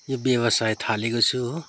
यो व्यवसाय थालेको छु हो